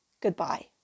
Goodbye